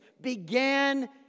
began